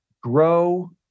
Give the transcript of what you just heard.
grow